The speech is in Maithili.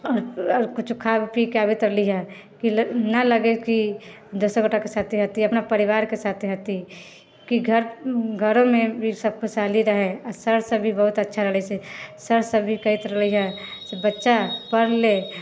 आओर आओर कुछो खा पीके आबैत रहली हँ कि नहि लगे कि दोसर गोटाके साथे हती अपना परिवारके साथे हती कि घर घरोमे भी सब खुशहाली रहे आओर सर सब भी बहुत अच्छा लगै छै सर सब भी कहैत रहलै हँ से बच्चा पढ़ ले